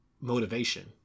motivation